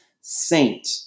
saint